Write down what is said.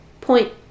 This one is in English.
Point